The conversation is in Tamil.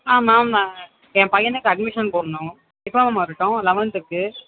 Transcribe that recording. ஆ மேம் நாங்கள் என் பையனுக்கு அட்மிஷன் போடணும் எப்போ மேம் வரட்டும் லெவன்த்துக்கு